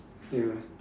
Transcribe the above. ya